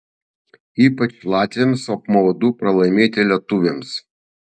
ypač latviams apmaudu pralaimėti lietuviams